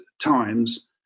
times